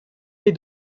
les